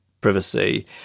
privacy